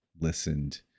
listened